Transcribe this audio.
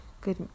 good